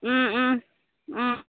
ও ও ও